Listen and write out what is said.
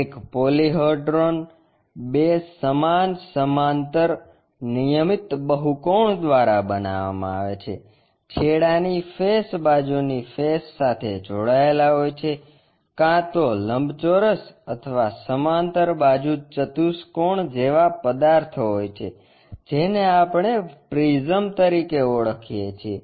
એક પોલિહેડ્રોન બે સમાન સમાંતર નિયમિત બહુકોણ દ્વારા બનાવવામાં આવે છે છેડાની ફેસ બાજુની ફેસ સાથે જોડાયેલા હોય છે જે કાં તો લંબચોરસ અથવા સમાંતર બાજુ ચતુષ્કોણ જેવા પદાર્થો હોય છે જેને આપણે પ્રિઝમ તરીકે ઓળખીએ છીએ